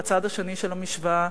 הצד השני של המשוואה,